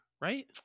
right